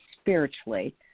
spiritually